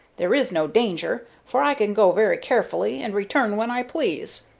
there is no danger, for i can go very carefully, and return when i please.